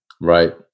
Right